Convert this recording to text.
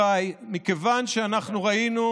חבריי, מכיוון שהייתה כוונה בתקופה האחרונה שממשלת